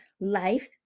life